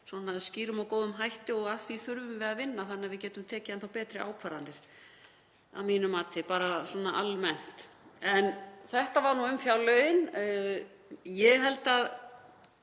með skýrum og góðum hætti og að því þurfum við að vinna þannig að við getum tekið enn betri ákvarðanir að mínu mati, bara svona almennt. En þetta var nú um fjárlögin. Ég held að